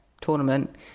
tournament